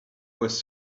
was